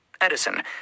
Edison